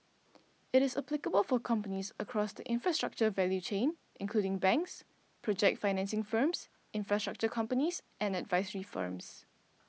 it is applicable for companies across the infrastructure value chain including banks project financing firms infrastructure companies and advisory firms